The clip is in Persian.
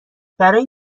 برای